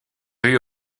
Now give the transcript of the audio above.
rues